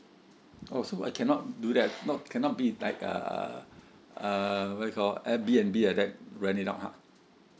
oh so I cannot do that not cannot be like uh uh what it called airbnb like that rent it out ha